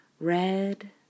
Red